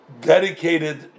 dedicated